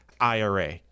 IRA